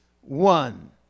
one